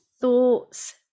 thoughts